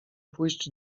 pójść